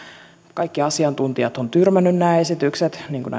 kaikki asiantuntijat ovat tyrmänneet nämä esitykset niin kuin